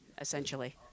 essentially